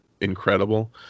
incredible